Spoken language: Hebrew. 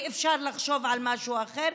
אי-אפשר לחשוב על משהו אחר,